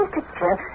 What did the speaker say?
picture